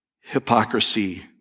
hypocrisy